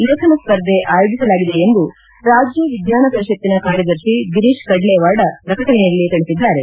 ಲೇಖನ ಸ್ಪರ್ಧೆ ಆಯೋಜಿಸಲಾಗಿದೆ ಎಂದು ರಾಜ್ಯ ವಿಜ್ಞಾನ ಪರಿಷತ್ತಿನ ಕಾರ್ಯದರ್ತಿ ಗಿರೀತ್ ಕಡ್ನೇವಾಡ ಪ್ರಕಟಣೆಯಲ್ಲಿ ತಿಳಿಸಿದ್ದಾರೆ